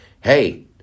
Hey